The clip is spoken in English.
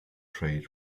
trade